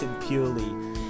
purely